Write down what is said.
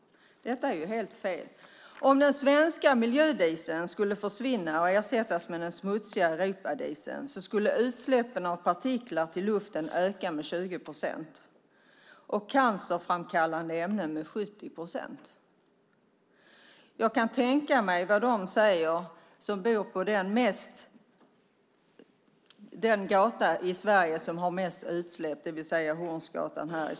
Detta är helt fel. Om den svenska miljödieseln skulle försvinna och ersättas med den smutsigare europadieseln skulle utsläppen av partiklar till luften öka med 20 procent och cancerframkallande ämnen med 70 procent. Jag kan tänka mig vad de säger som bor vid den gata i Sverige som har mest utsläpp, det vill säga Hornsgatan i Stockholm.